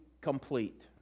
complete